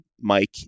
Mike